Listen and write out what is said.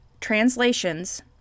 translations